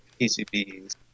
PCBs